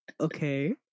Okay